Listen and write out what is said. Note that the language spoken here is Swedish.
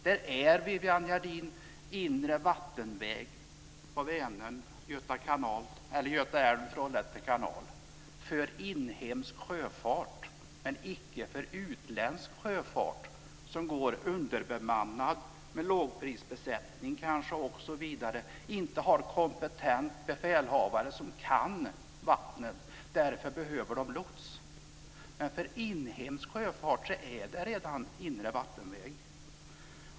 Det är en inre vattenväg, Viviann Gerdin, på Vänern, Göta älv och Trollhätte kanal för inhemsk sjöfart, men icke för utländsk sjöfart som går underbemannad, kanske med lågprisbesättning, och inte har en kompetent befälhavare som kan vattnen och därför behöver lots. Men för inhemsk sjöfart är det redan en inre vattenväg.